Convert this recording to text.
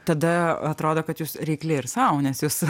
tada atrodo kad jūs reikli ir sau nes jūs